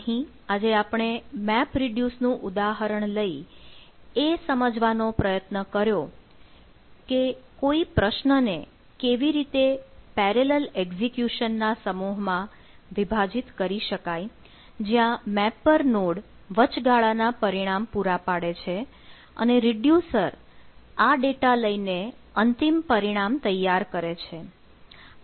અહીં આજે આપણે MapReduce નું ઉદાહરણ લઈ એ સમજવાનો પ્રયત્ન કર્યો કે કોઈ પ્રશ્ન ને કેવી રીતે પેરેલલ એક્સિક્યુશનના સમૂહમાં વિભાજિત કરી શકાય જ્યાં મેપર નોડ વચગાળાના પરિણામ પુરા પાડે છે અને રીડ્યુસર આ ડેટા લઈને અંતિમ પરિણામ તૈયાર કરે છે